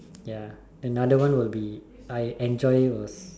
ya and other one will be I enjoy was